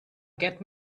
get